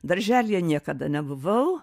darželyje niekada nebuvau